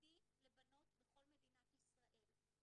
היחידי לבנות בכל מדינת ישראל.